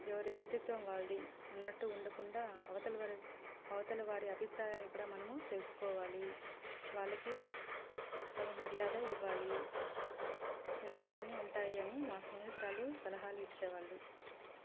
ఎవరి వ్యక్తిత్వం వాళ్ళది అన్నట్టు ఉండకుండా అవతలవారి అవతలవారి అభిప్రాయాలను కూడా మనము తెలుసుకోవాలి వాళ్ళకి తగు మర్యాద ఇవ్వాలి ఇలాంటివన్నీ ఉంటాయని మా స్నేహితురాళ్ళు సలహాలు ఇచ్చేవాళ్ళు